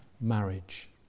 marriage